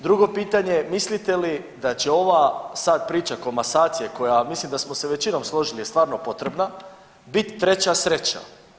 Drugo pitanje mislite li da će ova sad priča komasacije koja mislim da smo se većinom složili je stvarno potrebna biti treća sreća?